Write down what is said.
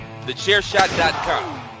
TheChairShot.com